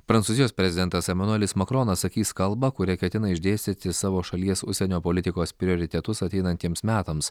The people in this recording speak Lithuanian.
prancūzijos prezidentas emanuelis makronas sakys kalbą kuria ketina išdėstyti savo šalies užsienio politikos prioritetus ateinantiems metams